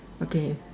okay